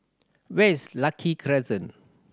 where is Lucky Crescent